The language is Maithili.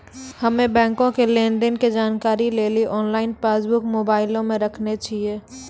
हम्मे बैंको के लेन देन के जानकारी लेली आनलाइन पासबुक मोबाइले मे राखने छिए